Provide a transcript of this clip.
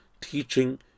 teaching